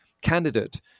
candidate